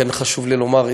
כן חשוב לי לומר,